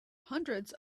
hundreds